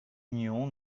union